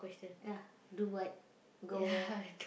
ya do what go where